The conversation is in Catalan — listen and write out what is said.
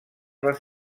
les